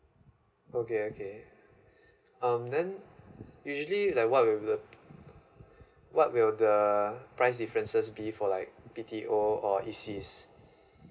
okay okay um then usually like what will what will the uh price differences be for like B_T_O or E_C